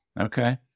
Okay